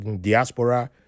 diaspora